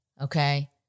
Okay